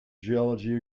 geology